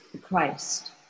Christ